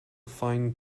fine